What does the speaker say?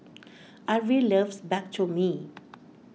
Arvil loves Bak Chor Mee